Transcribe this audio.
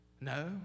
No